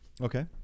Okay